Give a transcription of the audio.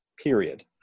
period